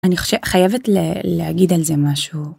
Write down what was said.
אני חושבת חייבת להגיד על זה משהו.